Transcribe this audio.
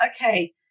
okay